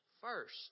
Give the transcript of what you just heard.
first